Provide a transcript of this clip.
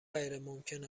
غیرممکن